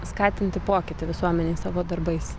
skatinti pokytį visuomenėj savo darbais